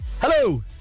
Hello